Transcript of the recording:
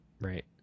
right